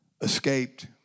escaped